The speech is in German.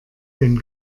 den